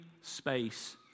Space